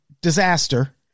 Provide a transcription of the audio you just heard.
disaster